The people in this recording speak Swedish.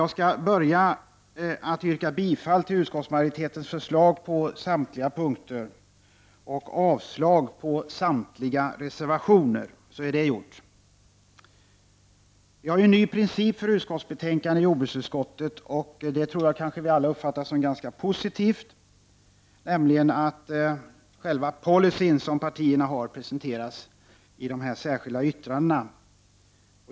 Jag skall börja med att yrka bifall till utskottsmajoritetens förslag på samtliga punkter och avslag på samtliga reservationer, så är det gjort. Vi har en ny princip i jordbruksutskottet som jag tror alla uppfattar som ganska positiv, nämligen att partiernas policy har presenterats i särskilda yttranden.